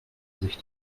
sich